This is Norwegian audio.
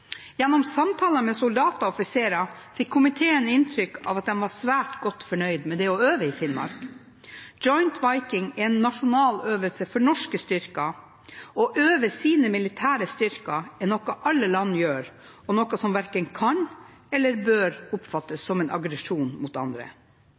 Gjennom samtaler med soldater og offiserer fikk komiteen inntrykk av at de var svært godt fornøyd med det å øve i Finnmark. Joint Viking er en nasjonal øvelse for norske styrker. Å øve sine militære styrker er noe alle land gjør, og noe som verken kan eller bør oppfattes som en aggresjon mot andre.